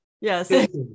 Yes